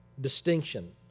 distinction